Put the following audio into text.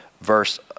verse